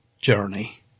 journey